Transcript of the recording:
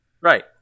Right